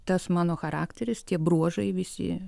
tas mano charakteris tie bruožai visi